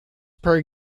per